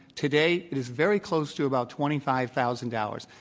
today it is very close to about twenty five thousand dollars.